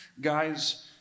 guys